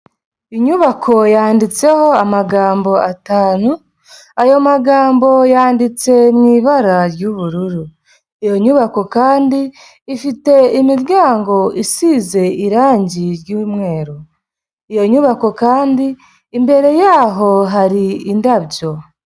Inyubako yanditseho amagambo atanu, ayo magambo yanditse mu ibara ry'ubururu, iyo nyubako kandi ifite imiryango isize irangi ry'umweru, iyo nyubako kandi imbere yaho hari indabyo.